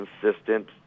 consistent